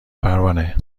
پروانه